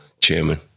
chairman